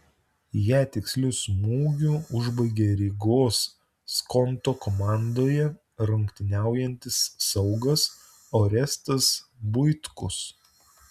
ją tiksliu smūgiu užbaigė rygos skonto komandoje rungtyniaujantis saugas orestas buitkus